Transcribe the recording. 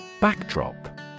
Backdrop